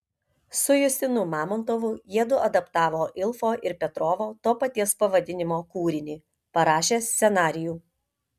su justinu mamontovu jiedu adaptavo ilfo ir petrovo to paties pavadinimo kūrinį parašė scenarijų